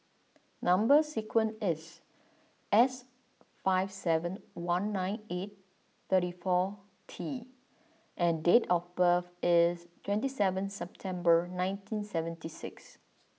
number sequence is S five seven one nine eight thirty four T and date of birth is twenty seven September nineteen seventy six